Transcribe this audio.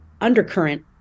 undercurrent